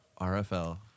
RFL